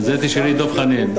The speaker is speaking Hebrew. תשאלי את דב חנין.